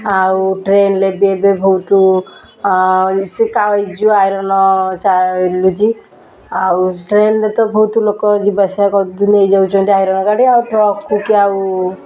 ଆଉ ଟ୍ରେନ୍ରେ ବି ଏବେ ବହୁତ ସେ କାହିଁ ଯେଉଁ ଆଇରନ୍ ଚାଲୁଛି ଆଉ ଟ୍ରେନ୍ରେ ତ ବହୁତ ଲୋକ ଯିବା ଆସିବା କରନ୍ତି ନେଇ ଯାଉଛନ୍ତି ଆଇରନ୍ ଗାଡ଼ି ଆଉ ଟ୍ରକ୍କୁ କିଏ ଆଉ